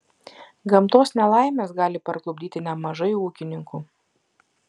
gamtos nelaimės gali parklupdyti nemažai ūkininkų